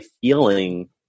feeling